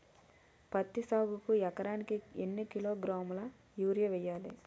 పత్తి సాగుకు ఎకరానికి ఎన్నికిలోగ్రాములా యూరియా వెయ్యాలి?